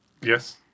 Yes